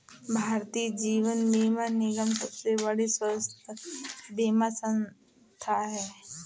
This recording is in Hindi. भारतीय जीवन बीमा निगम सबसे बड़ी स्वास्थ्य बीमा संथा है